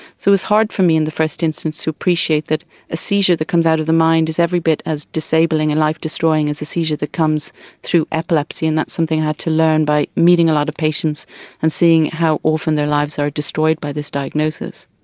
so it was hard for me in the first instance to appreciate that a seizure that comes out of the mind is every bit as disabling and life destroying as a seizure that comes through epilepsy, and that's something i had to learn by meeting a lot of patients and seeing how often their lives are destroyed by this diagnosis.